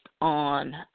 on